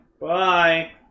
Bye